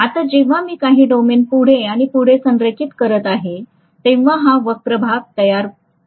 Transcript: आता जेव्हा मी काही डोमेन पुढे आणि पुढे संरेखित करीत आहे तेव्हा ते हा वक्र भाग पार करत आहे